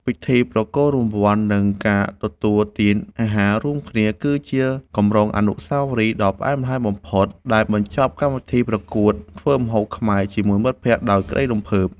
ពិធីប្រគល់រង្វាន់ និងការទទួលទានអាហាររួមគ្នា គឺជាកម្រងអនុស្សាវរីយ៍ដ៏ផ្អែមល្ហែមបំផុត ដែលបញ្ចប់កម្មវិធីប្រកួតធ្វើម្ហូបខ្មែរជាមួយមិត្តភក្តិដោយក្ដីរំភើប។